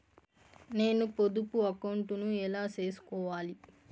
నేను పొదుపు అకౌంటు ను ఎలా సేసుకోవాలి?